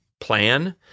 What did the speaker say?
plan